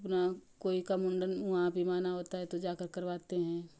पुनः कोई का मुंडन वहां भी माना होता है तो जाकर करवाते हैं